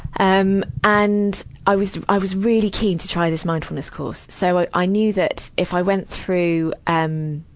um and i was, i was really keen to try this mindfulness course. so i i knew that if i went through, um,